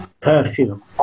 perfume